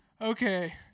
Okay